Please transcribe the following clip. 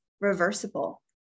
reversible